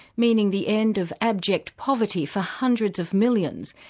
meaning the end of abject poverty for hundreds of millions,